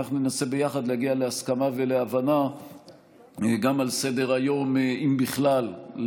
ואנחנו ננסה ביחד להגיע להסכמה ולהבנה גם על סדר-היום למחר,